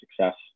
success